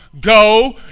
Go